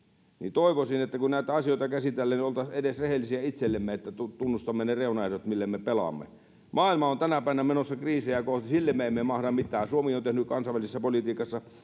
toivoisin että kun näitä asioita käsitellään niin oltaisiin edes rehellisiä itsellemme että tunnustamme ne reunaehdot millä me pelaamme maailma on tänä päivänä menossa kriisiä kohti sille me emme mahda mitään suomi on on tehnyt kansainvälisessä politiikassa